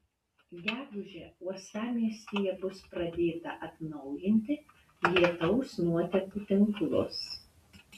gegužę uostamiestyje bus pradėta atnaujinti lietaus nuotekų tinklus